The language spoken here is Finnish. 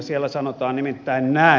siellä sanotaan nimittäin näin